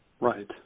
Right